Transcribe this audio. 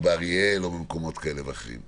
או באריאל או במקומות כאלה ואחרים,